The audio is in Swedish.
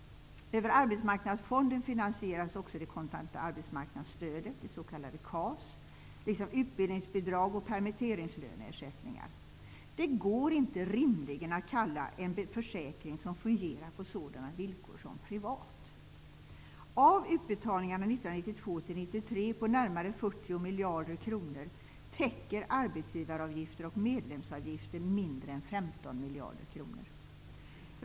Över Arbetsmarknadsfonden finansieras också det kontanta arbetsmarknadsstödet, KAS, liksom utbildningsbidrag och permitteringslöneersättningar. Det går inte rimligen att kalla en försäkring som fungerar på sådana villkor för ''privat''. miljarder kronor täcker arbetsgivaravgifter och medlemsavgifter mindre än 15 miljarder kronor.